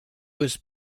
was